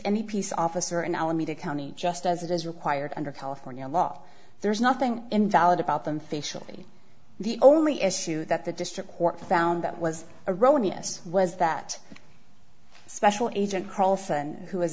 any peace officer in alameda county just as it is required under california law there's nothing invalid about them facially the only issue that the district court found that was erroneous was that special agent carlson who was